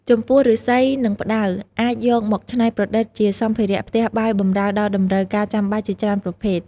ចំពោះឫស្សី និងផ្តៅអាចយកមកច្នៃប្រឌិតជាសម្ភារៈផ្ទះបាយបម្រើដល់តម្រូវការចាំបាច់ជាច្រើនប្រភេទ។